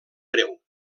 breu